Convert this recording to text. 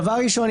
דבר ראשון,